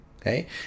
Okay